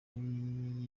yari